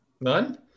None